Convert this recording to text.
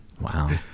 Wow